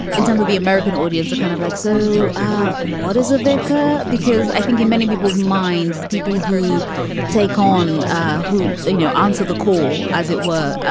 in terms of the american audience, are kind of like, so ah what is a vicar? because i think in many people's minds, people who take on who they know answer the call, as it were, ah